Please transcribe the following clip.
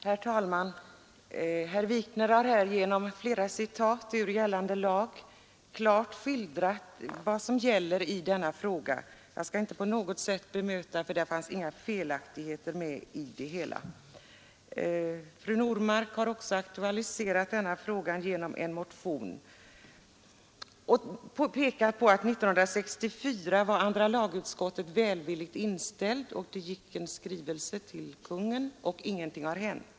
Herr talman! Herr Wikner har genom flera citat ur lag om allmän försäkring klart skildrat vad som gäller i denna fråga. Jag skall inte på något sätt bemöta hans inlägg, för det fanns inga felaktigheter i det. Fru Normark har också aktualiserat den här frågan genom en motion. Hon har pekat på att andra lagutskottet år 1964 var välvilligt inställt, att det gick en skrivelse till Kungl. Maj:t och att ingenting har hänt.